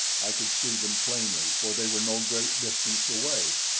i could see them plainly, for they were no great distance away,